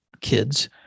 kids